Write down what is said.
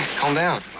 calm down.